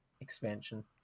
expansion